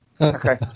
Okay